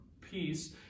peace